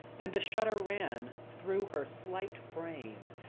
and a shudder ran through her slight frame,